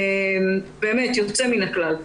באמת יוצא מן הכלל.